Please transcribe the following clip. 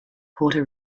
puerto